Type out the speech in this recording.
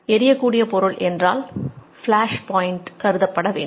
எரியக்கூடிய பொருள் என்றால் flash point கருதப்பட வேண்டும்